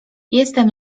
jestem